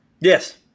Yes